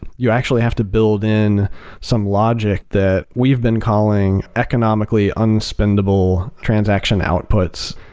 you actually have to build in some logic that we've been calling economically unspendable transaction outputs,